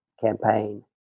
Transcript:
campaign